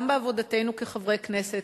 גם בעבודתנו כחברי כנסת,